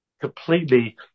completely